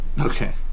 Okay